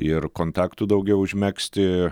ir kontaktų daugiau užmegzti